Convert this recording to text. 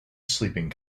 sleeping